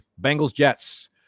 Bengals-Jets